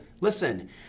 listen